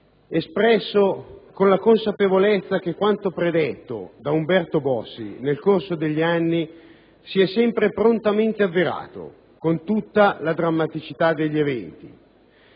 espresso con la consapevolezza che quanto predetto da Umberto Bossi nel corso degli anni si è sempre prontamente avverato, con tutta la drammaticità degli eventi.